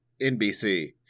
NBC